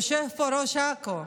יושב פה ראש אכ"א.